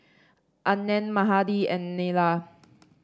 Anand Mahade and Neila